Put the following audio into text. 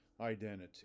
identity